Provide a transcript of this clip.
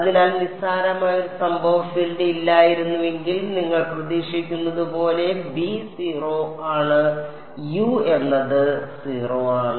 അതിനാൽ നിസ്സാരമായ ഒരു സംഭവ ഫീൽഡ് ഇല്ലായിരുന്നുവെങ്കിൽ നിങ്ങൾ പ്രതീക്ഷിക്കുന്നതുപോലെ ബി 0 ആണ് u എന്നത് 0 ആണ്